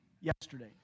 yesterday